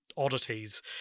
oddities